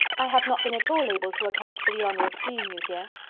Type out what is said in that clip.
i have not been at all able to account for the honour of seeing you here.